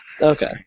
Okay